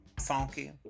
funky